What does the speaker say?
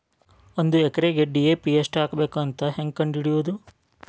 ಒಂದು ಎಕರೆಗೆ ಡಿ.ಎ.ಪಿ ಎಷ್ಟು ಹಾಕಬೇಕಂತ ಹೆಂಗೆ ಕಂಡು ಹಿಡಿಯುವುದು?